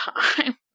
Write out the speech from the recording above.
time